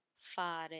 fare